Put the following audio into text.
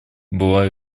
была